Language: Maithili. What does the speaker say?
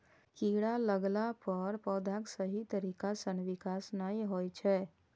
कीड़ा लगला पर पौधाक सही तरीका सं विकास नै होइ छै